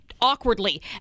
awkwardly